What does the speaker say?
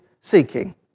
seeking